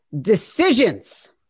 decisions